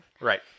Right